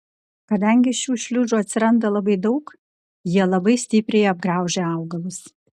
kadangi šių šliužų atsiranda labai daug jie labai stipriai apgraužia augalus